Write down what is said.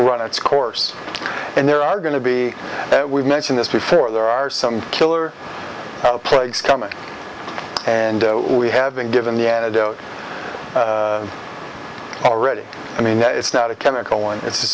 run its course and there are going to be that we've mentioned this before there are some killer plagues coming and we have been given the antidote already i mean it's not a chemical one it's a